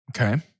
Okay